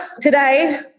today